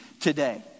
today